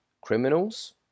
criminals